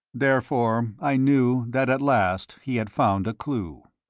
therefore i knew that at last he had found a clue.